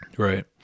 Right